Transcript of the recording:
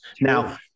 Now